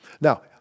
Now